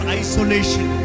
isolation